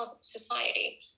society